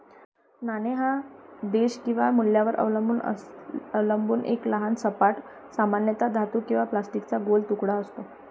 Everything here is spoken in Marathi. नाणे हा देश किंवा मूल्यावर अवलंबून एक लहान सपाट, सामान्यतः धातू किंवा प्लास्टिकचा गोल तुकडा असतो